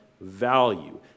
value